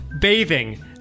Bathing